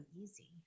easy